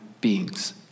beings